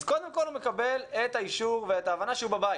אז קודם כל הוא מקבל את האישור ואת ההבנה שהוא בבית.